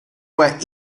where